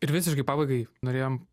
ir visiškai pabaigai norėjom